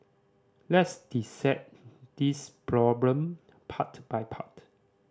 let's dissect this problem part by part